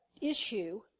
issue